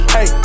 Hey